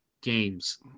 games